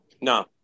No